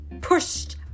pushed